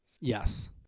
Yes